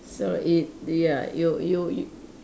so it ya you you you